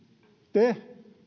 te